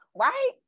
Right